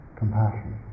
compassion